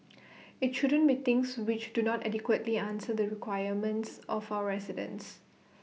IT shouldn't be things which do not adequately answer the requirements of our residents